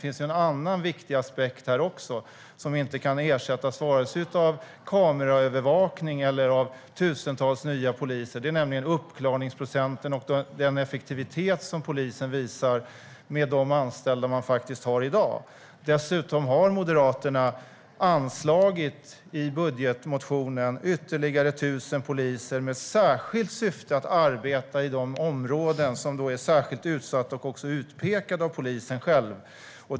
En annan viktig aspekt är uppklaringsprocenten och den effektivitet som polisen visar med de anställda som man har i dag, och detta kan inte ersättas av tusentals nya poliser. Dessutom har Moderaterna i sin budgetmotion anslagit ytterligare 1 000 poliser med syfte att arbeta i de områden som är särskilt utsatta och utpekade av polisen själv.